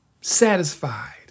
Satisfied